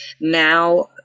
now